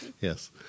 Yes